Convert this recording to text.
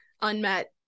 unmet